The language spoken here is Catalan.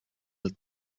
del